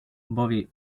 bobby